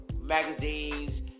magazines